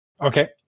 okay